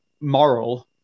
moral